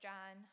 John